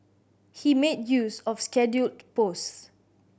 he made use of scheduled posts